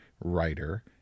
writer